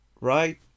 Right